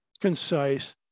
concise